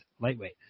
Lightweight